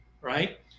right